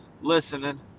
listening